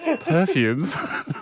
perfumes